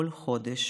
כל חודש,